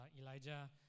Elijah